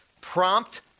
prompt